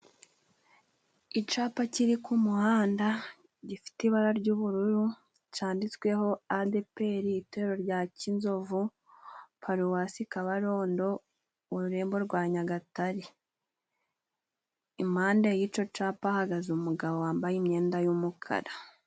Icyapa kiri ku muhanda gifite ibara ry'ubururu cyanditsweho adeperi, itorero rya Cyinzovu, paruwasi Kabarondo, ururembo rwa Nyagatare. Impande y'icyo cyapa hahagaze umugabo wambaye imyenda y'umukara.